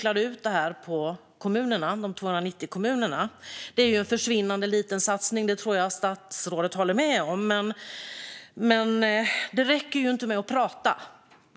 slog ut det här på de 290 kommunerna. Det är en försvinnande liten satsning; det tror jag att statsrådet håller med om. Det räcker inte att prata.